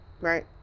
right